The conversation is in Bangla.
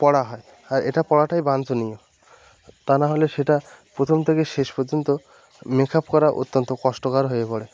পড়া হয় আর এটা পড়াটাই বাঞ্ছনীয় তা নাহলে সেটা প্রথম থেকে শেষ পর্যন্ত মেক আপ করা অত্যন্ত কষ্টকার হয়ে পড়ে